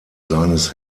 seines